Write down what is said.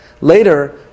Later